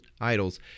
idols